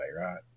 right